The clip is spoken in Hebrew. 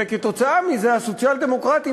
וכתוצאה מזה הסוציאל-דמוקרטים,